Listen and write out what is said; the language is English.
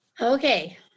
Okay